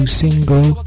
single